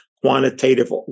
quantitative